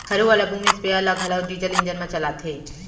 हरू वाला boom sprayer ल घलौ डीजल इंजन म चलाथें